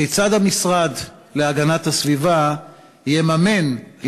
כיצד יממן המשרד להגנת הסביבה טיפול אם